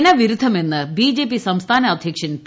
ജനവിരുദ്ധമെന്ന് BJP സംസ്ഥാന അധ്യക്ഷൻ P